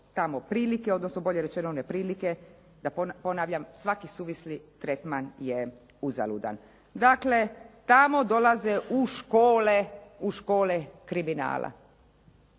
prilike, odnosno bolje rečeno neprilike, da ponavljam da svaki suvisli tretman je uzaludan. Dakle, tamo dolaze u škole kriminala.